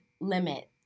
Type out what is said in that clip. limit